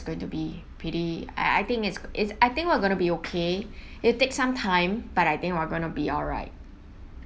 going to be pretty I I think is is I think we're gonna be okay it takes some time but I think we're gonna be all right